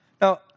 Now